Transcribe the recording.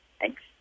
Thanks